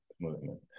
movement